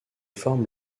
formes